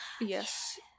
Yes